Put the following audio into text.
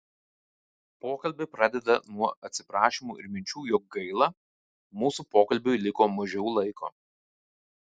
pokalbį pradeda nuo atsiprašymų ir minčių jog gaila mūsų pokalbiui liko mažiau laiko